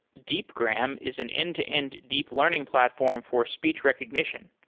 deepgram is an end-to-end deep learning platform for speech recognition.